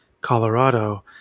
Colorado